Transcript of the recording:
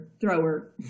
thrower